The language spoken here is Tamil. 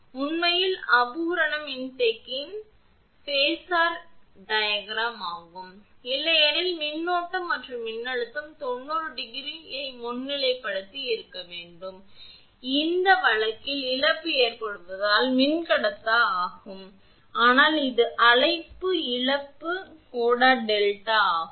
இது உண்மையில் அபூரண மின்தேக்கியின் ஃபேஸர் வரைபடமாகும் இல்லையெனில் மின்னோட்டம் மற்றும் மின்னழுத்தம் 90 ° மின்னழுத்தத்தை முன்னிலைப்படுத்தி 90 ° இருக்க வேண்டும் ஆனால் இந்த வழக்கில் இழப்பு ஏற்படுவதால் மின்கடத்தா இழப்பு ஆகும் அதனால் இது அழைப்பு இழப்பு கோண டெல்டா ஆகும்